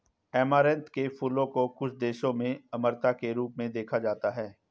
amaranth के फूलों को कुछ देशों में अमरता के रूप में देखा जाता है